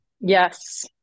Yes